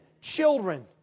children